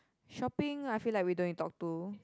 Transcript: shopping I feel like we don't need talk to